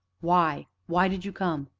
why why did you come?